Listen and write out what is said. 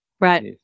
Right